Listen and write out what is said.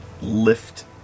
lift